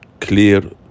clear